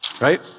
Right